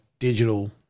digital